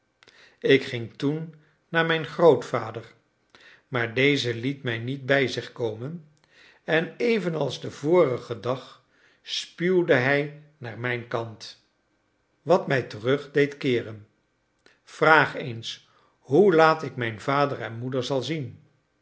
ik ging toen naar mijn grootvader maar deze liet mij niet bij zich komen en evenals den vorigen dag spuwde hij naar mijn kant wat mij terug deed keeren vraag eens hoe laat ik mijn vader en moeder zal zien